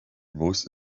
most